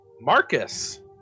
Marcus